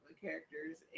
characters